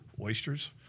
oysters